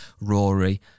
Rory